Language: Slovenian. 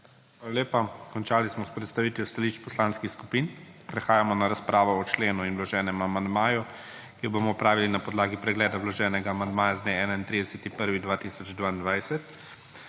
Hvala lepa. Končali smo s predstavitvijo stališč poslanskih skupin. Prehajamo na razpravo o členu in vloženem amandmaju, ki jo bomo opravili na podlagi pregleda vloženega amandmaja z dne 31. 1.